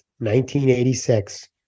1986